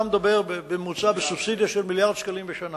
אתה מדבר על סובסידיה של מיליארד שקלים בשנה